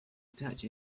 attach